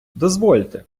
дозвольте